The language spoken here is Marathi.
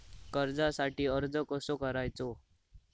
कर्जासाठी अर्ज कसो करायचो?